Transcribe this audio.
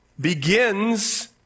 begins